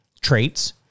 traits